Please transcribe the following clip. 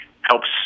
helps